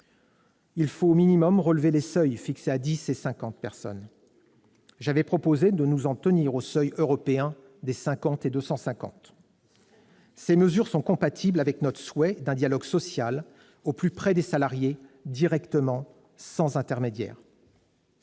Il faut au minimum relever les seuils fixés à 10 et à 50 salariés. J'avais proposé de nous en tenir aux seuils européens de 50 et 250 salariés. Ces mesures sont compatibles avec l'instauration d'un dialogue social au plus près des salariés, directement, sans intermédiaire,